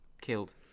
killed